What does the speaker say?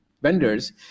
vendors